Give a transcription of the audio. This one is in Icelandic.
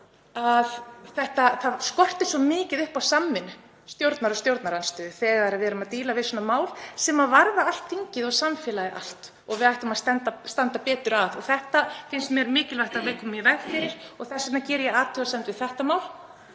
að það skortir svo mikið upp á samvinnu stjórnar og stjórnarandstöðu þegar við erum að díla við svona mál sem varðar allt þingið og samfélagið allt og við ættum að standa betur að. Mér finnst mikilvægt að við komum í veg fyrir slíkt og þess vegna geri ég þá athugasemd við þetta mál